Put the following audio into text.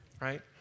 right